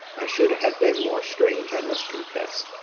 i should have been more strange, i must confess,